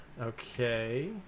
Okay